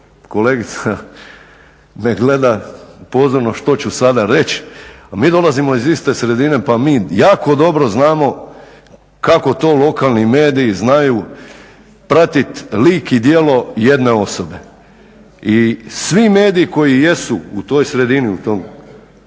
kolegica me gleda pozorno što ću sada reći, mi dolazimo iz iste sredine pa mi jako dobro znamo kako to lokalni mediji znaju pratit lik i djelo jedne osobe. I svi mediji koji jesu u toj sredini, u tom…